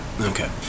Okay